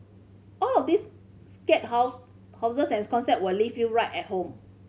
all of these scare house houses and concept will leave you right at home